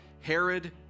Herod